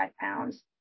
pounds